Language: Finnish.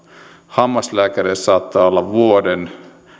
hammaslääkäreille saattaa olla vuoden